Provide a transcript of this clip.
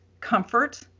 comfort